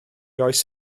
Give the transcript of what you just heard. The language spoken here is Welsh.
oes